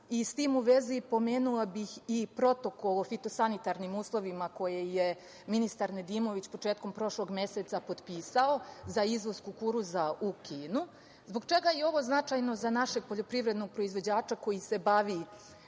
tim u vezi, pomenula bih i protokol o fitosanitarnim uslovima koje je ministar Nedimović početkom prošlog meseca potpisao za izvoz kukuruza u Kinu. Zbog čega je ovo značajno za našeg poljoprivrednog proizvođača koji se bavi